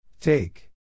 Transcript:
Take